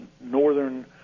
northern